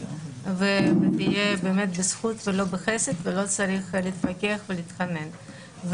ותהיה בזכות ולא בחסד ולא צריך להתווכח ולהתחנן.